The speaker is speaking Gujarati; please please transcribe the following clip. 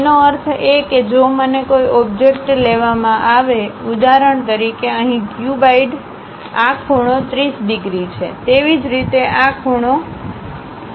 તેનો અર્થ એ કે જો મને કોઈ ઓબ્જેક્ટ લેવામાં આવે ઉદાહરણ તરીકે અહીં ક્યુબઇડ આ ખૂણો 30 ડિગ્રી છે તેવી જ રીતે આ ખૂણો 30 ડિગ્રી છે